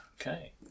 Okay